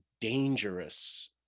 dangerous